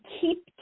keep